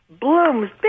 blooms